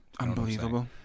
Unbelievable